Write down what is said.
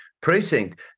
precinct